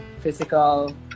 physical